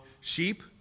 sheep